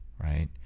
right